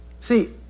See